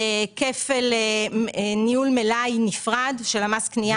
כפל ניהול מלאי נפרד של מס קנייה,